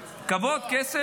כוח.